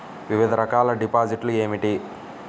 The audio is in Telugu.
వివిధ రకాల డిపాజిట్లు ఏమిటీ?